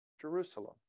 Jerusalem